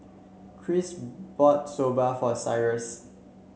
Christ bought Soba for Cyrus